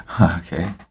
okay